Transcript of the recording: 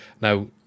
Now